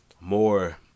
More